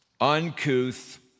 uncouth